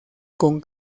con